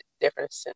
different